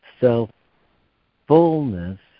self-fullness